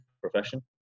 profession